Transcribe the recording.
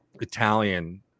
Italian